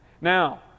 Now